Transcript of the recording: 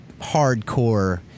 hardcore